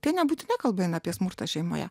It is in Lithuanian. tai nebūtinai kalba eina apie smurtą šeimoje